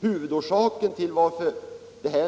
Huvudorsaken till att